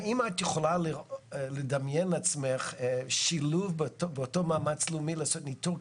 האם את יכולה לדמיין לעצמך שילוב באותו מאמץ לאומי לעשות ניטור?